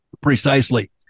Precisely